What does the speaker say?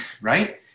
right